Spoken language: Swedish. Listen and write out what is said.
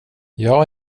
jag